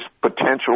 potential